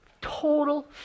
Total